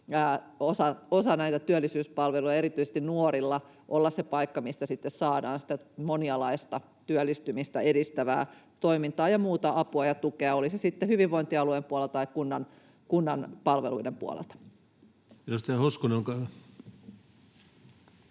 osa näitä työllisyyspalveluja, erityisesti nuorilla olla se paikka, mistä sitten saadaan sitä monialaista työllistymistä edistävää toimintaa ja muuta apua ja tukea, oli se sitten hyvinvointialueen puolella tai kunnan palveluiden puolelta.